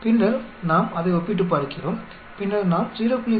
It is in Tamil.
பின்னர் நாம் அதை ஒப்பிட்டுப் பார்க்கிறோம் பின்னர் நாம் 0